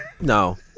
No